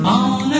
on